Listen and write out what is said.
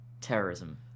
Terrorism